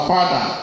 Father